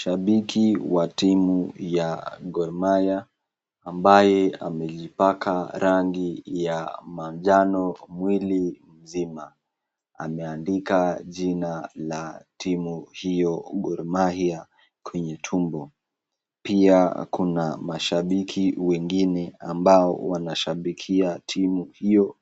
Shabiki wa timu ya Gor Maiya, ambaye amelipaka rangi ya manjano mwili nzima. Ameandika jina la timu hiyo, Gor Maiya kwenye tumbo. Pia Kuna mashabiki wengine ambao wanashabikia timu hiyo,